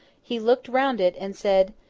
he looked round it, and said,